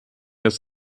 das